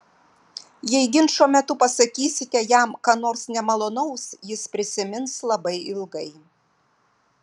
jei ginčo metu pasakysite jam ką nors nemalonaus jis prisimins labai ilgai